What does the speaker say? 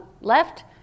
left